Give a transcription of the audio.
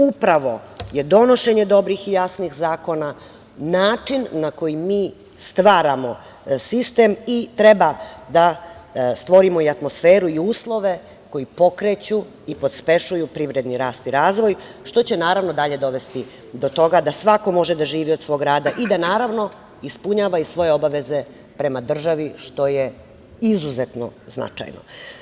Upravo je donošenje dobrih i jasnih zakona način na koji mi stvaramo sistem i treba da stvorimo i atmosferu i uslove koji pokreću i pospešuju privredni rast i razvoj, što će, naravno, dalje dovesti do toga da svako može da živi od svog rada i da, naravno, ispunjava i svoje obaveze prema državi, što je izuzetno značajno.